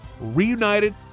Reunited